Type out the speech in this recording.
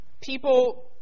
People